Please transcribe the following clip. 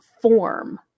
form